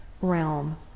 realm